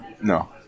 No